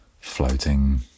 floating